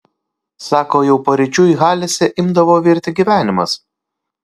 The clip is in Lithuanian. sako jau paryčiui halėse imdavo virti gyvenimas